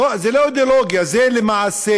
זו לא אידיאולוגיה, זה למעשה.